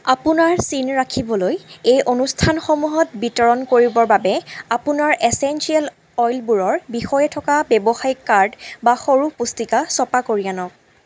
আপোনাৰ চিন ৰাখিবলৈ এই অনুস্থানসমূহত বিতৰণ কৰিবৰ বাবে আপোনাৰ এচেঞ্চিয়েল অইলবোৰৰ বিষয়ে থকা ব্যবসায়িক কাৰ্ড বা সৰু পুস্তিকা ছপা কৰি আনক